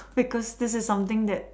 because just something that